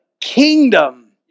kingdom